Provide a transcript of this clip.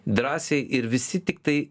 drąsiai ir visi tiktai